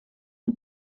não